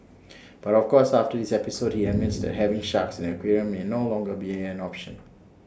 but of course after this episode he admits that having sharks in the aquarium may no longer be an option